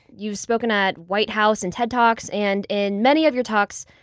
you've spoken at white house and ted talks. and in many of your talks,